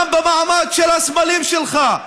גם במעמד של הסמלים שלך,